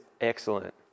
excellent